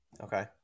Okay